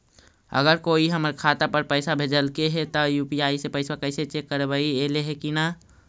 अगर कोइ हमर खाता पर पैसा भेजलके हे त यु.पी.आई से पैसबा कैसे चेक करबइ ऐले हे कि न?